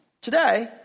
Today